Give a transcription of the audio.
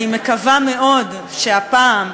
אני מקווה מאוד שהפעם,